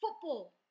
football